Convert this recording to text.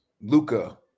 Luca